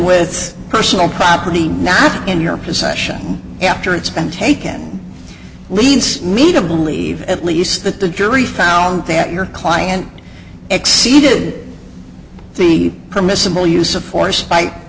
with personal property now in your possession after it's been taken leads me to believe at least that the jury found that your client exceeded the permissible use of force b